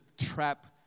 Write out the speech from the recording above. trap